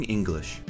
English